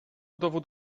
dowód